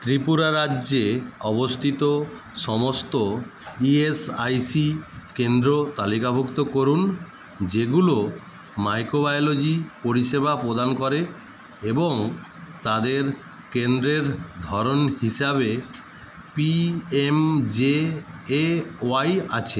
ত্রিপুরা রাজ্যে অবস্থিত সমস্ত ইএসআইসি কেন্দ্র তালিকাভুক্ত করুন যেগুলো মাইকোবায়োলজি পরিষেবা প্রদান করে এবং তাদের কেন্দ্রের ধরণ হিসাবে পিএমজেএওয়াই আছে